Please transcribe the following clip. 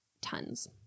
tons